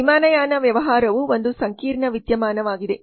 ವಿಮಾನಯಾನ ವ್ಯವಹಾರವು ಒಂದು ಸಂಕೀರ್ಣ ವಿದ್ಯಮಾನವಾಗಿದೆ